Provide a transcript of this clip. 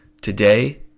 today